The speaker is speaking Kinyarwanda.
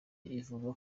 ivuga